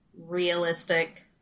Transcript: realistic